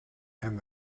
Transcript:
and